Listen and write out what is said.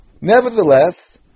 Nevertheless